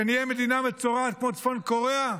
שנהיה מדינה מצורעת כמו צפון קוריאה?